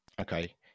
Okay